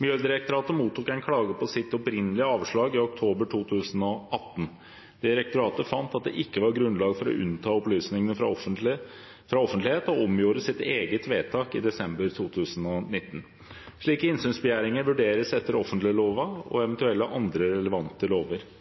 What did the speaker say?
Miljødirektoratet mottok en klage på sitt opprinnelige avslag i oktober 2018. Direktoratet fant at det ikke var grunnlag for å unnta opplysningene fra offentlighet, og omgjorde sitt eget vedtak i desember 2019. Slike innsynsbegjæringer vurderes etter offentleglova og eventuelle andre relevante lover. Hovedregelen er at saksdokumenter, journaler og